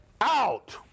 out